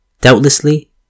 Doubtlessly